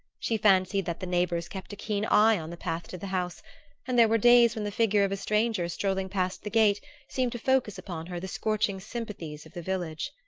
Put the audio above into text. she fancied that the neighbors kept a keen eye on the path to the house and there were days when the figure of a stranger strolling past the gate seemed to focus upon her the scorching sympathies of the village.